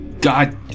God